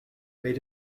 made